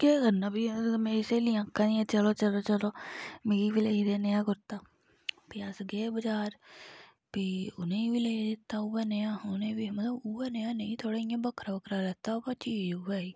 केह् करना भी अ'ऊं ते मेरियां स्हेलियां आक्खा दियां चलो चलो चलो मिगी बी लेई दे नेहा कुरता भी अस गे बजार भी उ'नें गी बी लेई दित्ता उ'ऐ नेहा उ'नें गी बी मतलब उ'ऐ नेहा नेईं थोह्ड़ा इ'यां बक्खरा बक्खरा लैता बो चीज उ'ऐ ही